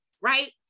right